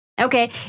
Okay